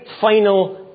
final